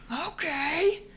Okay